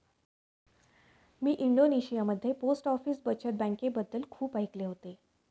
मी इंडोनेशियामध्ये post office बचत बँकेबद्दल खूप ऐकले होते